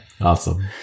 Awesome